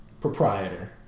proprietor